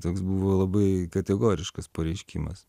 toks buvo labai kategoriškas pareiškimas